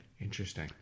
Interesting